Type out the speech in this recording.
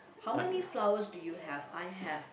how many flowers do you have I have